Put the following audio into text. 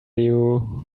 you